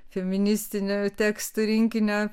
feministinių tekstų rinkinio